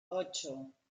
ocho